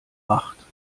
macht